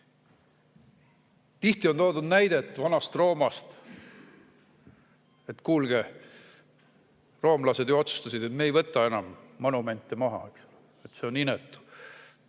Tihti on toodud näidet Vana-Roomast, et kuulge, roomlased ju otsustasid, et me ei võta enam monumente maha. See on inetu!